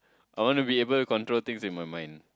I wanna be able to control things in my mind